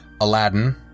Aladdin